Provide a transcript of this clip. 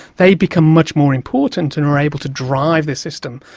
they become much more important and are able to drive this system.